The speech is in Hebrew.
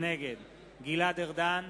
נגד גלעד ארדן,